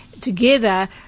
together